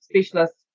specialists